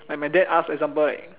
like my dad ask example like